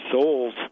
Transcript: souls